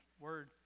word